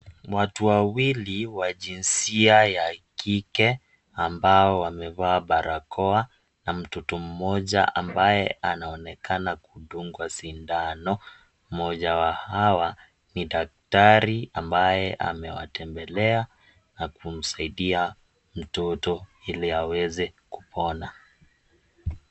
Watu wawili wa jinsia ya kike ambao wamevaa barakoa na mtoto mmoja ambaye anaonekana kudungwa sindano, mmoja wa hawa ni daktari ambaye amewatembelea na kumsaidia mtoto ili aweze kupona.